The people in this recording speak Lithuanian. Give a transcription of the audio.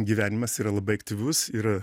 gyvenimas yra labai aktyvus ir